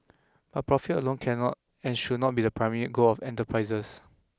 but profit alone cannot and should not be the primary goal of enterprises